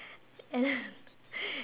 and then